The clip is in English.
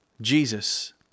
Jesus